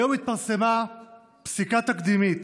היום התפרסמה פסיקה תקדימית